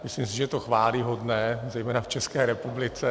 Myslím, že je to chvályhodné, zejména v České republice.